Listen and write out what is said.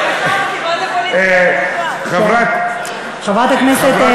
חברת הכנסת,